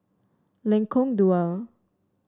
Lengkong Dua